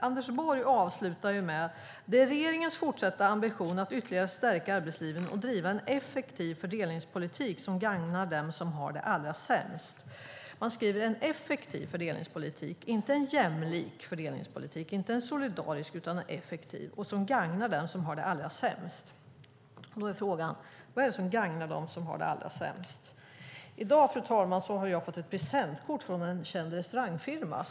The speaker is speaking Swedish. Anders Borg avslutar med: "Det är regeringens fortsatta ambition att ytterligare stärka arbetslinjen och driva en effektiv fördelningspolitik som gagnar dem som har det allra sämst." Han skriver "en effektiv fördelningspolitik" - inte en jämlik eller solidarisk fördelningspolitik, utan en effektiv - "som gagnar dem som har det allra sämst". Då är frågan: Vad är det som gagnar dem som har det allra sämst? I dag, fru talman, har jag fått ett presentkort från en känd restaurangfirma.